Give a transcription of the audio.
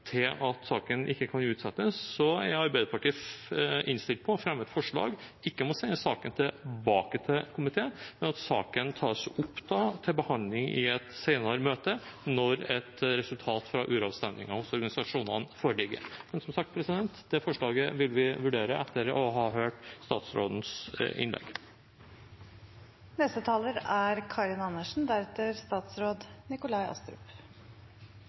til at saken ikke kan utsettes, er Arbeiderpartiet innstilt på å fremme et forslag – ikke om å sende saken tilbake til komité, men at saken tas opp til behandling i et senere møte når resultatet av uravstemningen hos organisasjonene foreligger. Men som sagt, det forslaget vil vi vurdere etter å ha hørt statsrådens